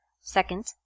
Second